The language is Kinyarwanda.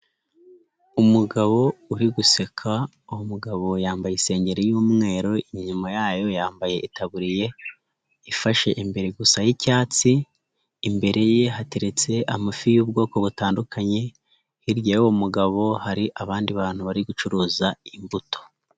Umugabo uri guseka, uwo umugabo yambaye isengeri y'umweru, inyuma yayo yambaye itaburiye, ifashe imbere gusa y'icyatsi, imbere ye hateretse amafi y'ubwoko butandukanye, hirya y'uwo mugabo hari abandi bantu bari gucuruza imbuto.